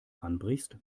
anbrichst